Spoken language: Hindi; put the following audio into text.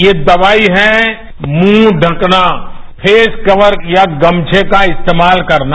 ये दवाई है मुंह ढ़कना फेसकवर या गमर्छ का इस्तेमाल करना